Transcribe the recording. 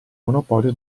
monopolio